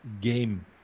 game